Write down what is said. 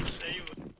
david